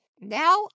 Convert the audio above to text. Now